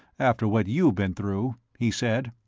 after what you've been through, he said.